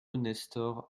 nestor